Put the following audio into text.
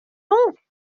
donc